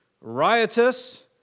riotous